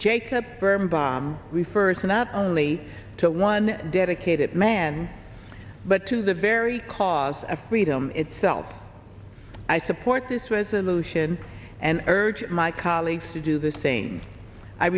bomb refers not only to one dedicated man but to the very cause a freedom itself i support this resolution and urge my colleagues to do the